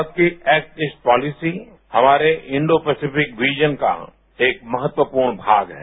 भारत की act east policy हमारे Indo Pacific region का एक महत्वपूर्ण भाग है